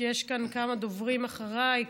כי יש כאן כמה דוברים אחריי,